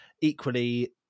equally